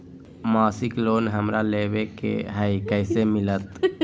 मासिक लोन हमरा लेवे के हई कैसे मिलत?